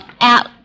out